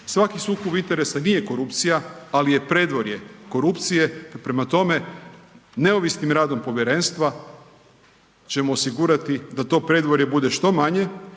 Svaki sukob interesa nije korupcija, al je predvorje korupcije, pa prema tome neovisnim radom povjerenstva ćemo osigurati da to predvorje bude što manje